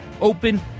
open